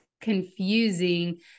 confusing